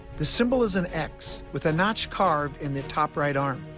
the symbol is an x with a notch carved in the top right arm.